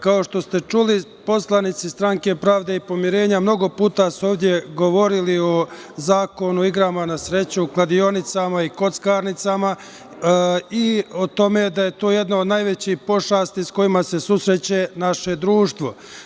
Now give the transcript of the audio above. Kao što ste čuli, poslanici Stranke pravde i pomirenja mnogo puta su ovde govorili o Zakonu o igrama na sreću, kladionicama i kockarnicama i o tome da je to jedna od najvećih pošasti s kojima se susreće naše društvo.